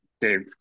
Dave